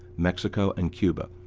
mexico, and cuba.